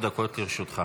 שלוש דקות לרשותך.